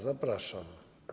Zapraszam.